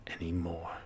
anymore